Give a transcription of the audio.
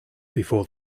before